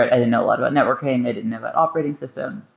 i didn't know a lot about networking. i didn't know about operating system.